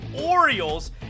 Orioles